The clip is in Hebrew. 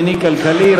המדיני והכלכלי,